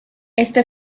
este